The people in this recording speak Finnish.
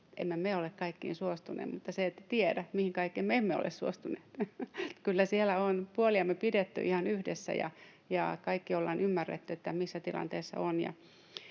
Emme me ole kaikkiin suostuneet, mutta te ette tiedä, mihin kaikkeen me emme ole suostuneet. Kyllä siellä on puoliamme pidetty ihan yhdessä, ja kaikki ollaan ymmärretty, missä tilanteessa